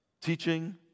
Teaching